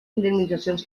indemnitzacions